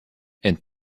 ent